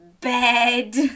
bed